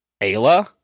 ayla